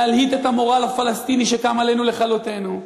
להלהיט את המורל הפלסטיני שקם עלינו לכלותנו.